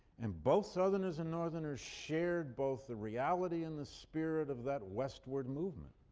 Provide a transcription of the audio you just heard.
and both southerners and northerners shared both the reality and the spirit of that westward movement.